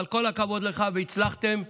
אבל כל הכבוד לך, והצלחתם.